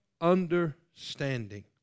understanding